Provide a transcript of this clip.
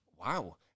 wow